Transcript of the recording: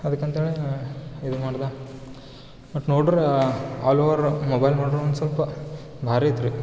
ಅದಕ್ಕಂತೇಳಿ ಇದು ಮಾಡ್ದೆ ಬಟ್ ನೋಡ್ರಿ ಆಲ್ ಓವರ್ ಮೊಬೈಲ್ ನೋಡ್ರಿ ಒಂದು ಸ್ವಲ್ಪ ಭಾರಿ ಇತ್ತು ರೀ